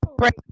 right